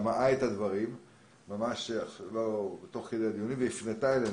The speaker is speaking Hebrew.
שמעה את הדברים ממש תוך כדי הדיונים ושואלת אותנו